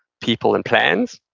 people, and plans,